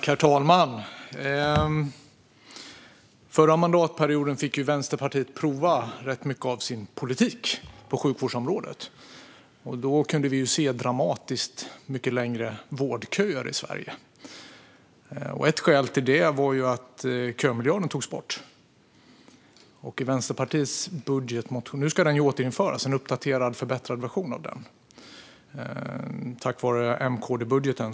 Herr talman! Förra mandatperioden fick Vänsterpartiet prova mycket av sin politik inom sjukvårdsområdet. Då kunde vi se dramatiskt längre vårdköer i Sverige. Ett skäl till det var att kömiljarden togs bort. Nu ska den visserligen återinföras i en uppdaterad och förbättrad version, tack vare M-KD-budgeten.